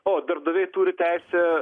taip darbdaviai turi teisę